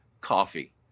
coffee